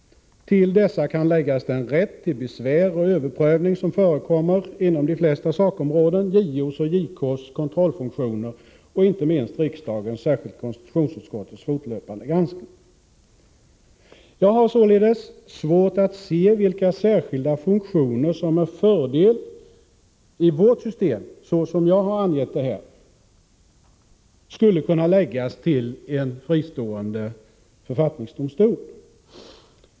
Till dessa kan läggas den rätt till besvär och överprövning som förekommer inom de flesta sakområden — JO:s och JK:s kontrollfunktioner och inte minst riksdagens, särskilt konstitutionsutskottets, fortlöpande granskning. Jag har således svårt att se vilka särskilda funktioner som med fördel i vårt system, på det sätt som jag har angett det här, skulle kunna förläggas till en fristående författningsdomstol.